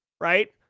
right